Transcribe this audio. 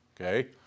Okay